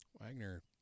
Wagner